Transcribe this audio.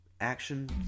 action